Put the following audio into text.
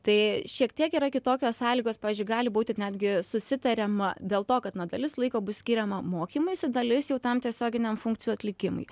tai šiek tiek yra kitokios sąlygos pavyzdžiui gali būti netgi susitariama dėl to kad na dalis laiko bus skiriama mokymuisi dalis jau tam tiesioginiam funkcijų atlikimui